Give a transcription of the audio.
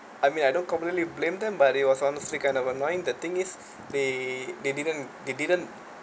I mean I don't completely blame them but it was honestly kind of annoying the thing is they they didn't they didn't